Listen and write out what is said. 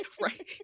Right